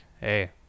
hey